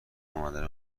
امدن